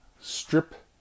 strip